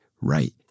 right